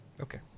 okay